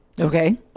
Okay